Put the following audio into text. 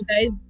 guys